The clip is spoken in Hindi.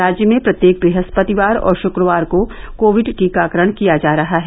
राज्य में प्रत्येक बृहस्पतिवार और शुक्रवार को कोविड टीकाकरण किया जा रहा है